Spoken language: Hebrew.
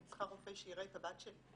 אני צריכה רופא שיראה את הבת שלי.